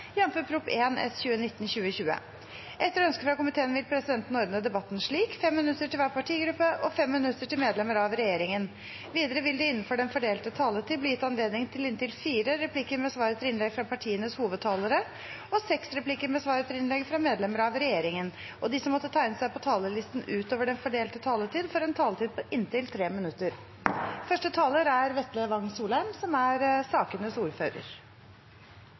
det lå en reell åpning nå i det Wang Soleim sa. Flere har ikke bedt om ordet til sakene nr. 1 og 2. Etter ønske fra finanskomiteen vil presidenten ordne debatten på følgende måte: 5 minutter til hver partigruppe og 5 minutter til medlemmer av regjeringen. Videre vil det – innenfor den fordelte taletid – bli gitt anledning til replikker med svar etter innlegg fra medlemmer av regjeringen, og de som måtte tegne seg på talerlisten utover den fordelte taletid, får en taletid på inntil 3 minutter. Denne delen av budsjettbehandlingen er ikke den delen som